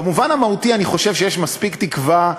במובן המהותי אני חושב שיש מספיק תקווה,